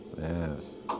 Yes